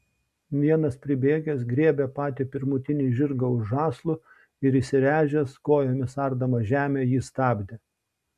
vienas pribėgęs griebė patį pirmutinį žirgą už žąslų ir įsiręžęs kojomis ardamas žemę jį stabdė